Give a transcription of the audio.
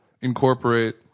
incorporate